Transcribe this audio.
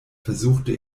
versuchte